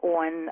on